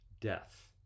death